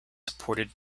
supported